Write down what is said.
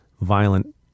violent